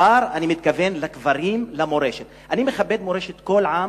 אני מכבד מורשת כל עם